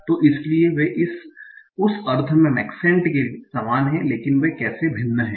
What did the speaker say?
तो इसलिए वे उस अर्थ में मैक्सेंट के समान हैं लेकिन वे कैसे भिन्न हैं